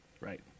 Right